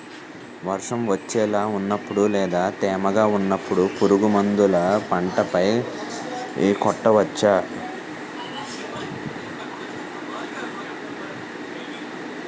వర్షం వచ్చేలా వున్నపుడు లేదా తేమగా వున్నపుడు పురుగు మందులను పంట పై కొట్టవచ్చ?